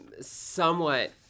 somewhat